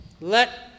Let